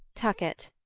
tucket.